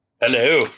Hello